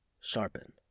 Sharpen